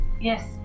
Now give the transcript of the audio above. Yes